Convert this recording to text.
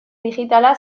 digitala